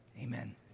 amen